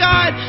God